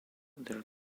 their